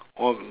or